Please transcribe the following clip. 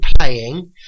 playing